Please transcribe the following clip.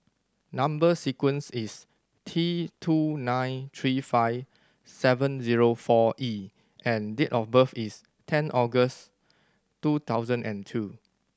number sequence is T two nine three five seven zero four E and date of birth is ten August two thousand and two